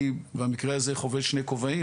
אני במקרה הזה חובש שני כובעים,